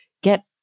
get